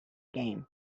game